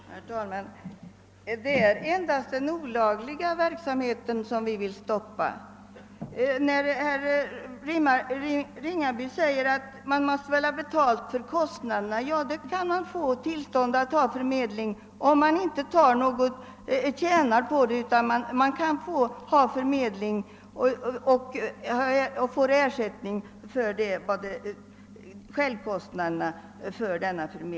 Herr talman! Det är endast den olagliga verksamheten som vi vill stoppa. Herr Ringaby säger att man måste ha betalt för kostnaderna. Ja, man kan få tillstånd att bedriva förmedling om man inte tjänar på den utan bara tar ut ersättning motsvarande självkostnaderna.